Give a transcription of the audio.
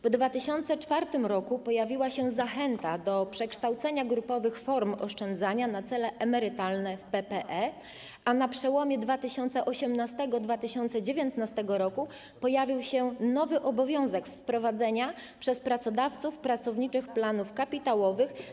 W 2004 r. pojawiła się zachęta do przekształcenia grupowych form oszczędzania na cele emerytalne w PPE, a na przełomie lat 2018 i 2019 pojawił się nowy obowiązek wprowadzenia przez pracodawców pracowniczych planów kapitałowych.